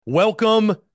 Welcome